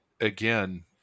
again